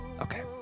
okay